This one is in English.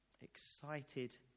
excited